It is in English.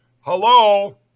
Hello